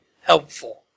helpful